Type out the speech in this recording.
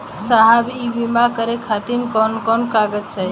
साहब इ बीमा करें खातिर कवन कवन कागज चाही?